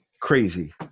crazy